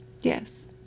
Yes